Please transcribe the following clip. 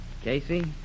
Casey